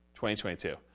2022